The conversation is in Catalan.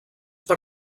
per